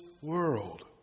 world